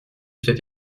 cet